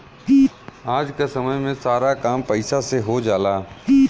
आज क समय में सारा काम पईसा से हो जाला